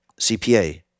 CPA